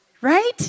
Right